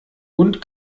und